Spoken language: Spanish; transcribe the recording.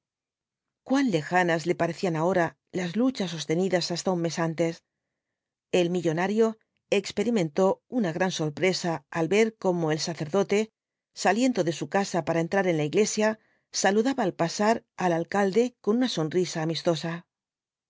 cuan lejanas le parecían ahora las luchas sostenidas hasta un mes antes el millonario experimentó una gran sorpresa al ver cómo el sacerdote saliendo de su casa para entrar en la iglesia saludaba al pasar al alcalde con una sonrisa amistosa